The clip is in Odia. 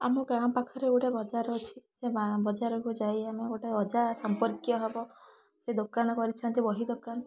ଆମ ଗାଁ ପାଖରେ ଗୋଟେ ବଜାର ଅଛି ସେ ବଜାରକୁ ଯାଇ ଆମେ ଗୋଟେ ଅଜା ସମ୍ପର୍କୀୟ ହବ ସେ ଦୋକାନ କରିଛନ୍ତି ବହି ଦୋକାନ